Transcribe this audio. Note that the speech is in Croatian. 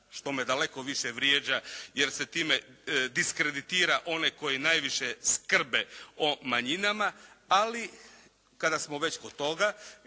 što me daleko više vrijeđa jer se time diskreditira one koji najviše skrbe o manjinama. Ali kada smo već kod toga,